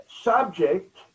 subject